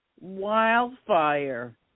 wildfire